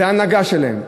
זו ההנהגה שלהם,